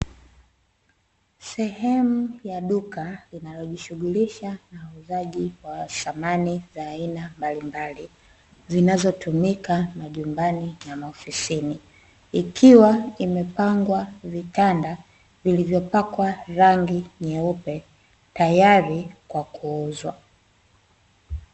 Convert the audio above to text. Sehemu ya duka linalojishughulisha na uuzaji wa samani za aina mbalimbali zinazotumika majumbani na maofisini, ikiwa imepangwa vitanda vilivyopakwa rangi nyeupe tayari kwa kuuzwa.